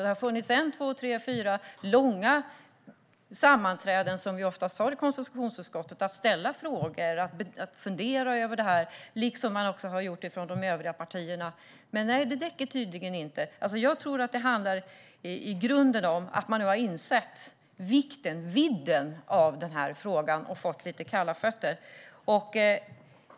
Det har varit ett, två, tre, fyra långa sammanträden, som vi ofta har i konstitutionsutskottet, för att ställa frågor och fundera över detta, som de övriga partierna har gjort. Men det räcker tydligen inte. Jag tror att det i grunden handlar om att man har insett vidden av denna fråga och fått lite kalla fötter.